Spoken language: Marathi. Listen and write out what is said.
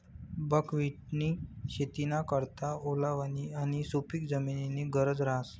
बकव्हिटनी शेतीना करता ओलावानी आणि सुपिक जमीननी गरज रहास